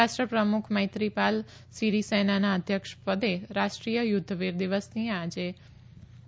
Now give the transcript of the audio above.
રાષ્ટ્રપ્રમુખ મૈત્રીપાલ સીરીસેનાના અધ્યક્ષપદે રાષ્ટ્રીય યુધ્ધવીર દિવસની આજે કરાશે